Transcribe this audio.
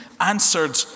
answered